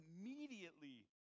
immediately